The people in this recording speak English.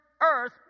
earth